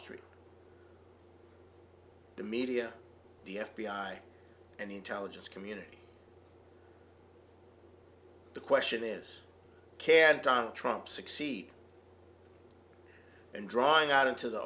street the media the f b i and the intelligence community the question is can donald trump succeed in drawing out into the